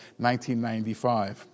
1995